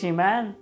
man